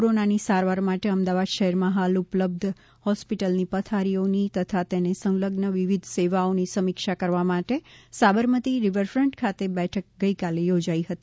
કોરોનાની સારવાર માટે અમદાવાદ શહેરમાં હાલ ઉપલબ્ધ હોસ્પિટલની પથારીઓની તથા તેને સંલઝ્ન વિવિધ સેવાઓની સમીક્ષા કરવા માટે સાબરમતી રિવરફન્ટ ખાતે બેઠક ગઈકાલે યોજાઇ હતી